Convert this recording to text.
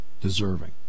deserving